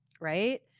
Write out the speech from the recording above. right